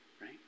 Right